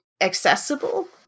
accessible